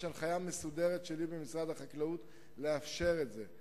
יש הנחיה מסודרת שלי במשרד החקלאות לאפשר את זה.